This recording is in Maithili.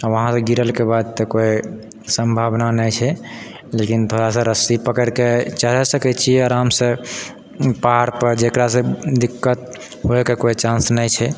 वहाँपर गिरलके बाद तऽ कोइ सम्भावना नहि छै लेकिन थोड़ा रस्सी पकड़ि कऽ चढ़ि सकै छी जे आरामसँ पहाड़पर जकरासँ दिक्कत होइके कोइ चान्स नहि छै